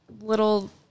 little